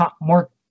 More